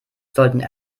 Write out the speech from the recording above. sollten